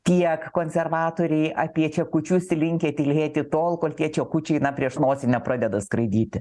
tiek konservatoriai apie čekučius linkę tylėti tol kol tie čekučiai na prieš nosį nepradeda skraidyti